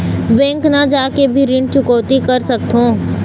Bank न जाके भी ऋण चुकैती कर सकथों?